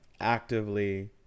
Actively